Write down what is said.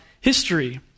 history